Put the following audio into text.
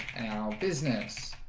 business.